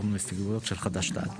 הצבעה